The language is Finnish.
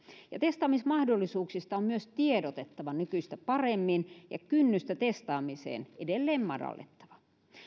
ja testaamismahdollisuuksista on myös tiedotettava nykyistä paremmin ja kynnystä testaamiseen edelleen madallettava